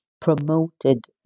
promoted